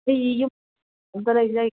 ꯁꯤ ꯌꯨꯝ